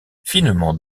finement